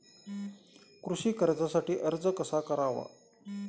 कृषी कर्जासाठी अर्ज कसा करावा?